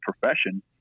profession